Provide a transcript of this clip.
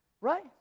Right